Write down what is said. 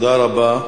תודה רבה.